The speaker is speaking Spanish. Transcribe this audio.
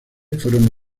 fueron